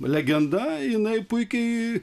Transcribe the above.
legenda jinai puikiai